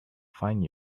find